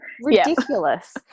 ridiculous